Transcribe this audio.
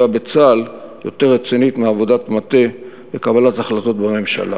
בצה"ל יותר רצינית מעבודת מטה בקבלת החלטות בממשלה.